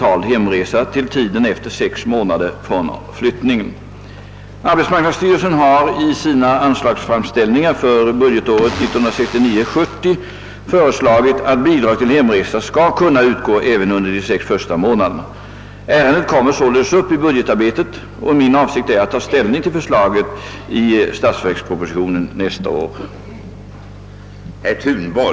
Arbetsmarknadsstyrelsen har i sin anslagsframställning för budgetåret 1969/ 70 föreslagit, att bidrag till hemresa skall kunna utgå även under de sex första månaderna. Ärendet kommer således upp i budgetarbetet, och min avsikt är att ställning till förslaget skall tas i statsverkspropositionen nästa år.